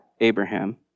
Abraham